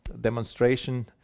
demonstration